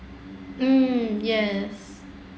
um yes